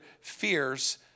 fears